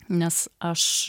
nes aš